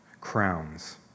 crowns